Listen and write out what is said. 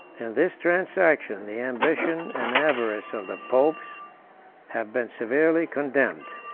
this transaction, the ambition and avarice of the popes have been severely condemned.